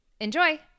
Enjoy